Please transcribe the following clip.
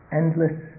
endless